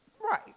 Right